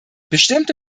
bestimmte